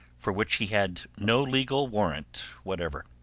for which he had no legal warrant whatever.